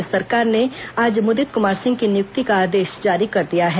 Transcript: राज्य सरकार ने आज मुदित कुमार सिंह की नियुक्ति का आदेश जारी कर दिया है